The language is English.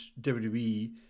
WWE